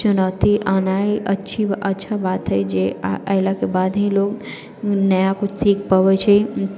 चुनौती एनाय अच्छी अच्छा बात हय जे आओर अइलाके बाद ही लोग नया कुछ सीख पबै छै